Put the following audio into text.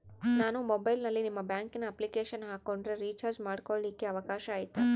ನಾನು ಮೊಬೈಲಿನಲ್ಲಿ ನಿಮ್ಮ ಬ್ಯಾಂಕಿನ ಅಪ್ಲಿಕೇಶನ್ ಹಾಕೊಂಡ್ರೆ ರೇಚಾರ್ಜ್ ಮಾಡ್ಕೊಳಿಕ್ಕೇ ಅವಕಾಶ ಐತಾ?